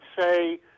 say